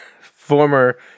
former